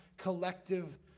collective